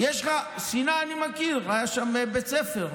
את "סיני" אני מכיר, היה שם בית ספר.